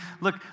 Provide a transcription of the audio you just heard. look